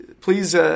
please